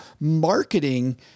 marketing